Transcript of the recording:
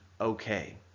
okay